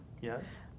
Yes